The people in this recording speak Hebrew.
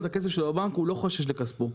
הכסף שלו בבנק לדעתי הוא לא חושש לכספו,